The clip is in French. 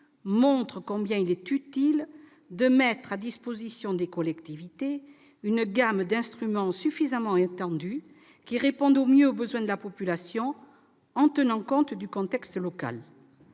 montre combien il est utile de mettre à la disposition des collectivités une gamme d'instruments suffisamment étendue qui réponde au mieux aux besoins de la population en tenant compte du contexte local.